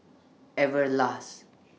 Everlast